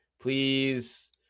please